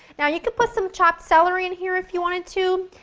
now, you could put some chopped celery in here if you wanted to,